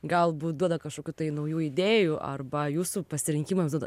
galbūt duoda kažkokių tai naujų idėjų arba jūsų pasirinkimams duoda